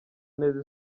neza